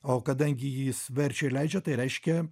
o kadangi jis verčia ir leidžia tai reiškia